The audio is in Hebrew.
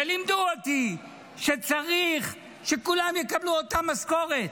ולימדו אותי שצריך שכולם יקבלו את אותה המשכורת,